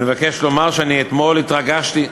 אני מבקש לומר שאני אתמול התרגשתי,